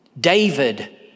David